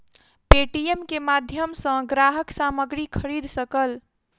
Paytm के माध्यम सॅ ग्राहक सामग्री खरीद सकल